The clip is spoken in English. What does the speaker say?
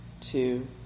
two